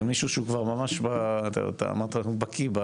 מישהו שהוא כבר ממש, אתה אמרת, בקיא.